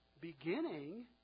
beginning